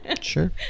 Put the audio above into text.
Sure